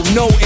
no